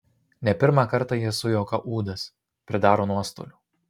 ne pirmą kartą jie sujaukia ūdas pridaro nuostolių